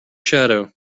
shadow